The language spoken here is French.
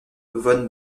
von